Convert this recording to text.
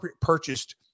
purchased